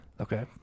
Okay